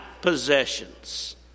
possessions